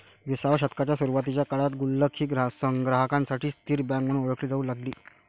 विसाव्या शतकाच्या सुरुवातीच्या काळात गुल्लक ही संग्राहकांसाठी स्थिर बँक म्हणून ओळखली जाऊ लागली